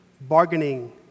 bargaining